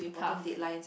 tough